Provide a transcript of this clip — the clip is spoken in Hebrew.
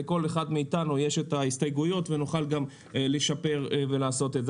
לכל אחד מאיתנו יש את ההסתייגויות כדי לשפר ולעשות את זה.